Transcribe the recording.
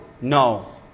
no